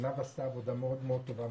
עינב עשתה עבודה מאוד מאוד טובה.